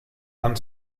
han